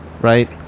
right